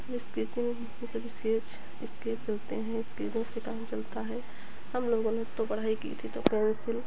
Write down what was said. ये स्केचिंग मतलब sketch sketch चलते हैं स्केचिंग से काम चलता है हम लोगों ने तो पढ़ाई की थी तो पेन्सिल